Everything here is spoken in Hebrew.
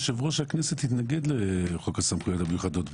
יושב-ראש הכנסת התנגד לחוק הסמכויות המיוחדות בהצבעה.